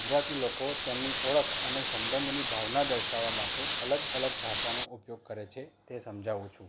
ગુજરાતી લોકો તેમની ઓળખ અને સંબંધની ભાવના દર્શાવા માટે અલગ અલગ ભાષાનો ઉપયોગ કરે છે તે સમજાવું છું